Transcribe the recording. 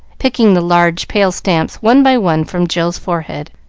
picking the large, pale stamps one by one from jill's forehead,